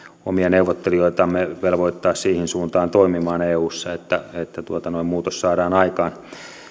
omia neuvottelijoitamme siihen suuntaan toimimaan eussa että että muutos saadaan aikaan